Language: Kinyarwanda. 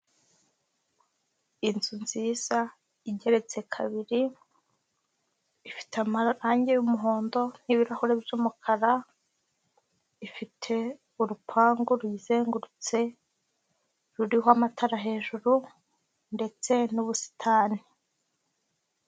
Inzu nziza igeretse kabiri ifite amarangi y'umuhondo n'ibirahuri by'umukara, ifite urupangu ruyizengurutse ruriho amatara hejuru ndetse n'ubusitani.